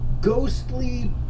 ghostly